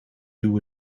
doe